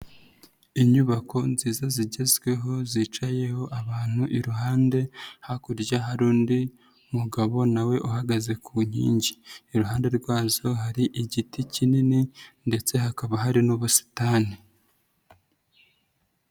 Inyubako nziza zigezweho zicayeho abantu iruhande, hakurya hari undi mugabo na we uhagaze ku nkingi, iruhande rwazo hari igiti kinini ndetse hakaba hari n'ubusitani.